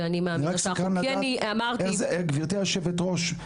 גברתי היושבת-ראש,